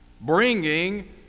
bringing